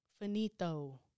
Finito